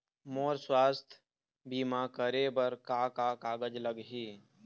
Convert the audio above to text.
मोर स्वस्थ बीमा करे बर का का कागज लगही?